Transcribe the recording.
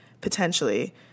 potentially